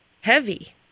heavy